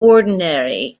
ordinary